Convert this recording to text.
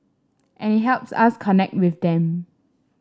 and it helps us connect with them